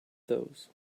those